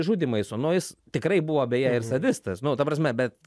žudymais o nu jis tikrai buvo beje ir sadistas nu ta prasme bet